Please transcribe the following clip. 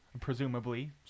presumably